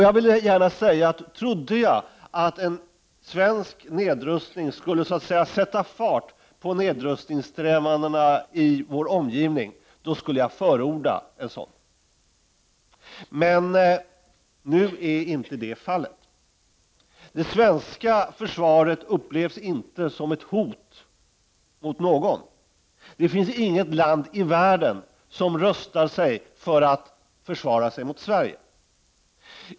Jag vill gärna säga att om jag trodde att svensk nedrustning skulle sätta fart på nedrustningssträvandena i vår omgivning, då skulle jag förorda en sådan. Men nu är inte så fallet. Det svenska försvaret upplevs inte som ett hot mot någon. Det finns inget land i världen som rustar sig för att försvara sig mot Sverige.